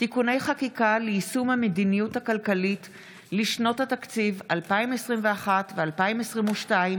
(תיקוני חקיקה ליישום המדיניות הכלכלית לשנות התקציב 2021 ו-2022),